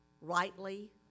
Rightly